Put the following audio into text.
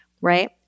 right